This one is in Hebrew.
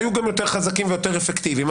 היו גם יותר חזקים ויותר אפקטיביים.